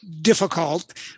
difficult